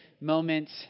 moments